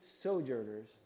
sojourners